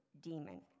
demon